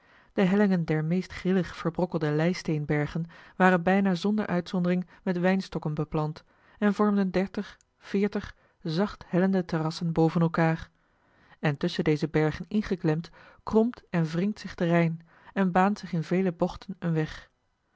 de hellingen der meest grillig verbrokkelde leisteenbergen waren bijna zonder uitzondering met wijnstokken beplant en vormden dertig veertig zachthellende terrassen boven elkaar en tusschen deze bergen ingeklemd kromt en wringt zich de rijn en baant zich in vele bochten een weg